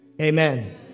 Amen